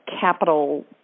capital